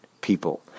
people